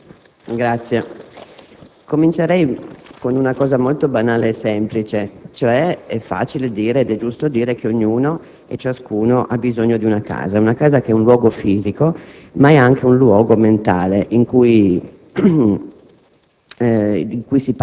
Presidente, comincerei in modo molto banale e semplice: è facile dire - ed è giusto dire - che ognuno e ciascuno ha bisogno di una casa. Una casa che è un luogo fisico, ma è anche un luogo mentale che ci